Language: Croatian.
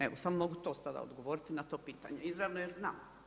Evo samo mogu to sada odgovoriti, na to pitanje izravno jer znam.